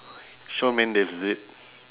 shawn mendes is it